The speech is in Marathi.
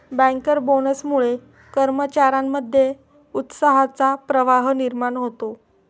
बँकर बोनसमुळे कर्मचार्यांमध्ये उत्साहाचा प्रवाह निर्माण होतो